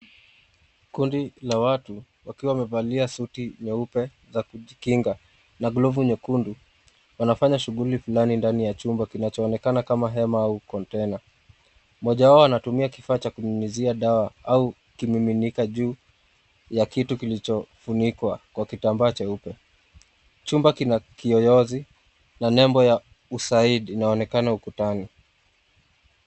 Kundi ya watu wakiwa wamevalia suti nyeupe za kujikinga na glovu nyekundu wanafanya shughuli fulani ndani ya jumba kinachoonekana kama hema au kontena, moja wao anatumia kifaa cha kunyunyuzia dawa au kunyunyuzia juu ya kitu kilichofunikwa na kitambaa cheupe. Jumba kuna kiyoyozi na nembo ya USAID kinachoonekana ukutani.